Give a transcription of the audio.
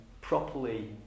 properly